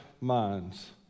minds